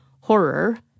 Horror